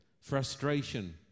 frustration